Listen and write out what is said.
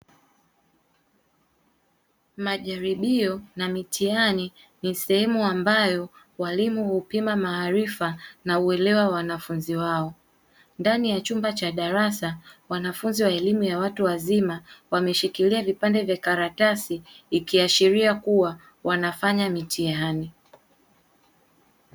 Majaribio na mitihani ni sehemu ambayo walimu hupima maarifa na uelewa wa wanafunzi wao. Ndani ya chumba cha darasa, wanafunzi wa elimu ya watu wazima wameshikilia vipande vya karatasi ikiashiria kuwa wanafanya mitihani.